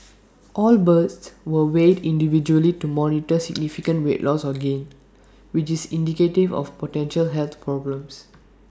all birds were weighed individually to monitor significant weight loss or gain which is indicative of potential health problems